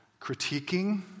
critiquing